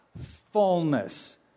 fullness